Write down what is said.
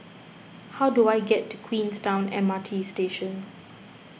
how do I get to Queenstown M R T Station